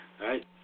right